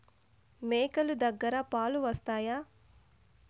మేక లు దగ్గర పాలు వస్తాయా?